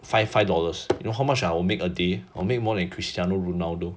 five five dollars you know how much I will make a day or make more than cristiano ronaldo